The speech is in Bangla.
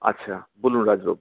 আচ্ছা বলুন রাজবাবু